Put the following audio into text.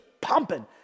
pumping